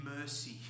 mercy